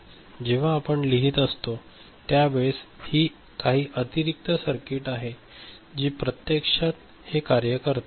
जेव्हा आपण ते लिहित असतो त्या वेळेस ही काही अतिरिक्त सर्किट आहे जी प्रत्यक्षात हे कार्य करते